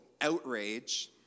outrage